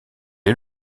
est